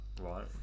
Right